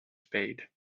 spade